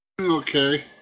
Okay